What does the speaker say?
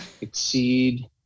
exceed